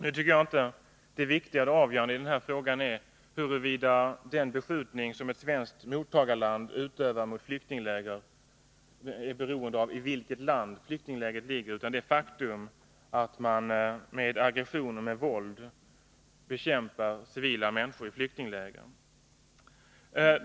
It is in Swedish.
Jag tycker inte att det viktiga eller det avgörande i den här frågan är huruvida den beskjutning som ett svenskt mottagarland utövar mot flyktingläger är beroende av i vilket land flyktinglägret ligger, utan det är det faktum att man med aggressioner, med våld bekämpar civila människor i flyktinglägren.